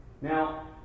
Now